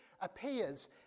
appears